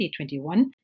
2021